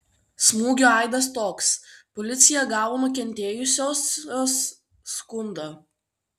smūgio aidas toks policija gavo nukentėjusiosios skundą